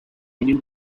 new